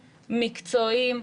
מקצועיים,